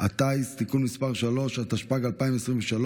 הטיס (תיקון מס' 3), התשפ"ג 2023,